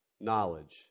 knowledge